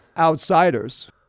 outsiders